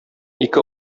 ике